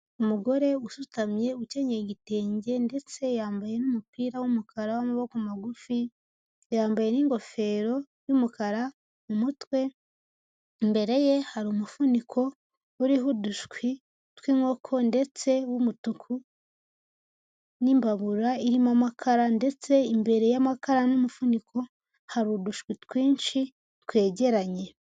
Umugore usutamye ukenyeye igitenge ndetse yambaye n'umupira w'umukara w'amaboko magufi yambaye n'ingofero y'umukara mu mutwe, imbere ye hari umufuniko uriho udushwi tw'inkoko ndetse w'umutuku n'imbabura irimo amakara ndetse imbere y'amakara n'umufuniko hari udushwi twinshi twegeranye.